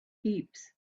heaps